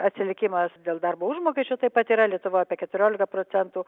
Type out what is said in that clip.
atsilikimas dėl darbo užmokesčio taip pat yra lietuva apie keturiolika procentų